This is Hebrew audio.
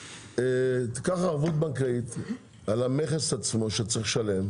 קח ערבות בנקאית על המכס עצמו שצריך לשלם.